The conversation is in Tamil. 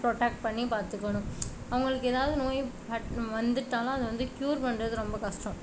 ப்ரொட்டக்ட் பண்ணி பார்த்துக்கணும் அவங்களுக்கு ஏதாவது நோய் அதை வந்து வந்துட்டாலோ அது க்யுர் பண்ணுறது ரொம்ப கஷ்டம்